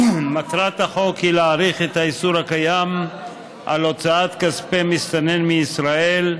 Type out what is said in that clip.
מטרת החוק היא להאריך את האיסור הקיים על הוצאת כספי מסתנן מישראל,